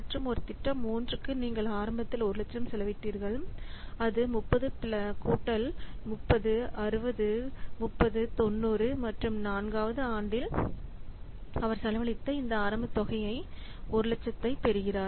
மற்றும் ஒரு திட்டம் 3 க்கு நீங்கள் ஆரம்பத்தில் 100000 செலவிட்டீர்கள் அது 30 பிளஸ் 30 60 30 90 மற்றும் 4 வது ஆண்டில் அவர் செலவழித்த இந்த ஆரம்பத் தொகையை 100000 பெறுகிறார்